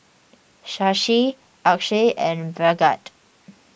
Shashi Akshay and Bhagat